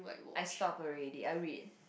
I stopped already I read